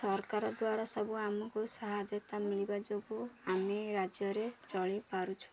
ସରକାର ଦ୍ୱାରା ସବୁ ଆମକୁ ସାହାଯ୍ୟତା ମିଳିବା ଯୋଗୁଁ ଆମେ ରାଜ୍ୟରେ ଚଳାଇ ପାରୁଛୁ